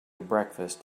breakfast